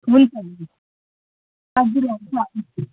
हुन्छ हुन्छ